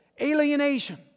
alienation